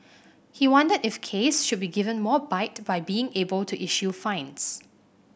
he wondered if case should be given more bite by being able to issue fines